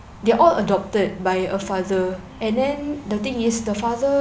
they're all adopted by a father and then the thing is the father